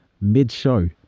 mid-show